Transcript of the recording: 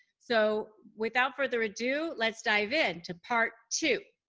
so without further ado, let's dive in to part two.